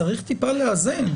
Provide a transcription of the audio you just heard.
צריך טיפה לאזן.